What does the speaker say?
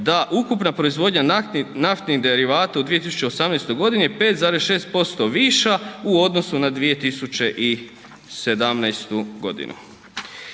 da ukupna proizvodnja naftnih derivata u 2018. godini je 5,6% viša u odnosu na 2017. godinu.